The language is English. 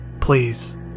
please